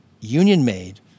union-made